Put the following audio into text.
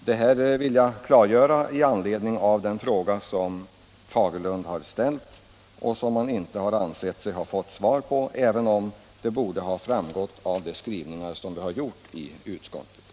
Jag vill klargöra detta med anledning av den fråga som herr Fagerlund har ställt och som han inte ansett sig ha fått svar på, även om svaret borde ha framgått av de skrivningar vi har gjort i utskottsbetänkandet.